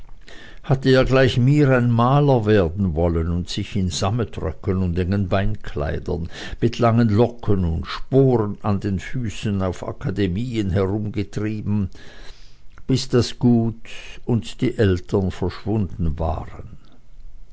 hatte er gleich mir ein maler werden wollen und sich in sammetröcken und engen beinkleidern mit langen locken und sporen an den füßen auf akademien herumgetrieben bis das gut und die eltern verschwunden waren